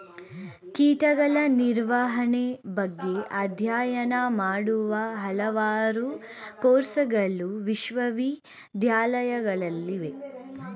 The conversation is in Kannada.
ಕೀಟಗಳ ನಿರ್ವಹಣೆ ಬಗ್ಗೆ ಅಧ್ಯಯನ ಮಾಡುವ ಹಲವಾರು ಕೋರ್ಸಗಳು ವಿಶ್ವವಿದ್ಯಾಲಯಗಳಲ್ಲಿವೆ